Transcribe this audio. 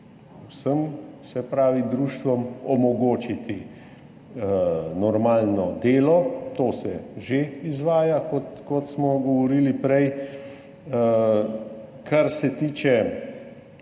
vsem društvom omogočiti normalno delo. To se že izvaja, kot smo govorili prej. Kar se tiče